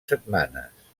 setmanes